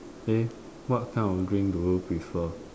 eh what kind of drink do you prefer